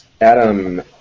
Adam